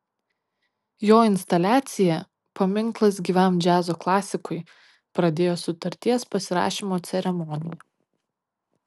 jo instaliacija paminklas gyvam džiazo klasikui pradėjo sutarties pasirašymo ceremoniją